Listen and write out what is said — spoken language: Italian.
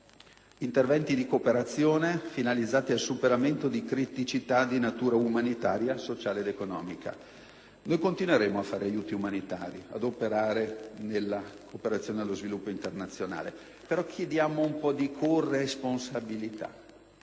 interventi di cooperazione finalizzati al superamento di criticità di natura umanitaria, sociale o economica. Noi continueremo a dare aiuti umanitari e ad operare nella cooperazione allo sviluppo internazionale, però chiediamo un po' di corresponsabilità: